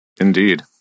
Indeed